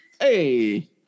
hey